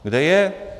Kde je?